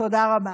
תודה רבה.